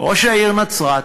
ראש העיר נצרת,